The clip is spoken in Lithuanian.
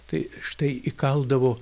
tai štai įkaldavo